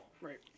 Right